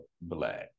black